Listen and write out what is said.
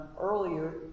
earlier